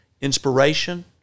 inspiration